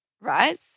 right